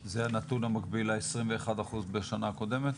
זה הנתון המקביל ל- 21% בשנה הקודמת?